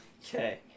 Okay